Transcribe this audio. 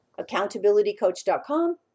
accountabilitycoach.com